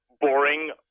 boring